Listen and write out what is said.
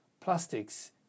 plastics